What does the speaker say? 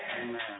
Amen